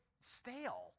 stale